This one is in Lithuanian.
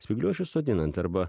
spygliuočius sodinant arba